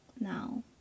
now